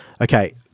Okay